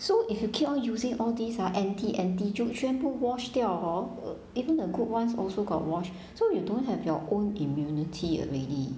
so if you keep on using all these ah anti anti 就全部 wash 掉 hor uh even the good [ones] also got washed so you don't have your own immunity already